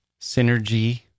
synergy